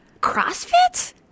CrossFit